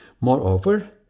Moreover